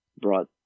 Brought